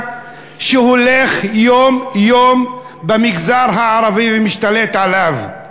שהולך יום-יום במגזר הערבי ומשתלט עליו.